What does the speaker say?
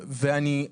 ואני,